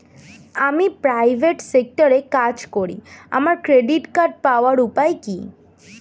আমি প্রাইভেট সেক্টরে কাজ করি আমার ক্রেডিট কার্ড পাওয়ার উপায় কি?